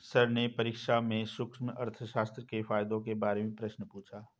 sir ने परीक्षा में सूक्ष्म अर्थशास्त्र के फायदों के बारे में प्रश्न पूछा